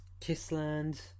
Kissland